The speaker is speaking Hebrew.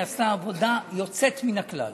היא עשתה עבודה יוצאת מן הכלל,